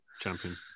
champion